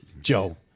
Joe